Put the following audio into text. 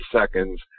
seconds